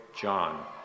John